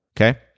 Okay